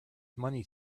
money